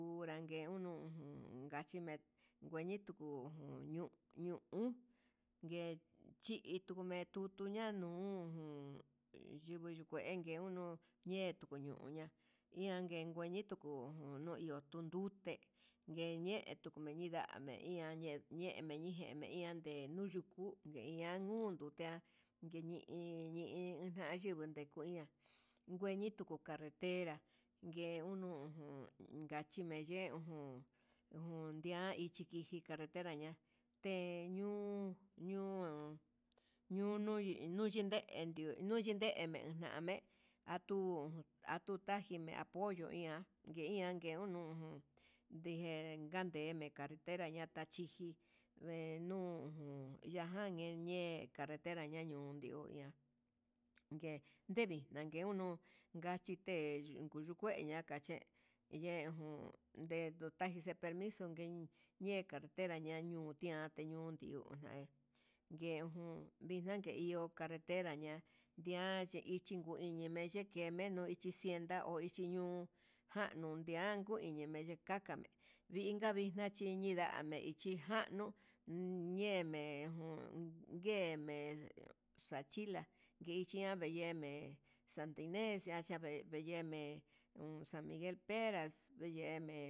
Njunrangue unu jañe ndingui tuku unu ñuu uun ngue, chingui umetu tuña'a nuu uun yingui nunguenge enungu ye'e kutu ñuu uña ian ngue ngueñi tuku, unuu utunduté he ñe'e tuku medida da'ame ian ñeñe ñeme ñeme ian, ndenutuku ehi ian nguu tutia yeni iñii idechinngui tekuiña'a veñi tuku carretera, ngue unu ujun unnga chime ye'e ujun jundia ichí diji katerna ña'a, teñuu ñuna'a nuyi nyinde nunndio nuxhinde, ndeme jame'e atungui atukaje jé ña poyian nguee nguenian kenujun ndejen kandeme carretera ña'a tachí, diji vee nuu unjan ñine'e ñe carretera niun ndio, nduian nguee ndevii nguiniunuu chichite uyu kue ñanka, ache yen jun nde tajixe permiso ñen ñe carretera ñen ñeñuu na teñun, ndiuna yen jun vixna ngue iho carretera ña ndian ye'e ichi ngueni meye ngue menuu xixienta ngueñuu andundia ngun ichi niki kakame'e hí ngavixna chiciya'a, ndame xhijanuu ñeme jun ngueme xachila'a nguexhima yeme'e xantinex xachame'e yeme san miguel peras yeme'e.